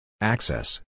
Access